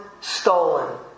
stolen